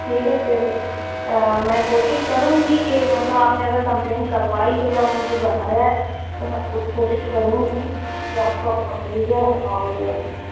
ٹھیک ہے پھر میں کوشش کروں گی کہ مطلب آپ نے اگر کمپلین کروائی ہے اور مجھے بتایا ہے تو میں پوری کوشش کروں گی کہ آپ کا فون مل جائے اور